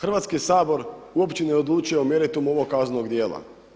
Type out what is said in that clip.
Hrvatski sabor uopće ne odlučuje o meritumu ovog kaznenog djela.